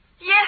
Yes